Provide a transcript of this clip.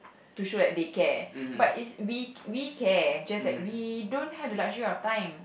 to show that they care but it's we we care just that we don't have the luxury of time